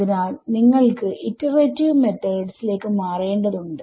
അതിനാൽ നിങ്ങൾക്ക് iterative methods ലേക്ക് മാറേണ്ടതുണ്ട്